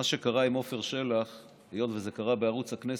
מה שקרה עם עפר שלח, היות שזה קרה בערוץ הכנסת,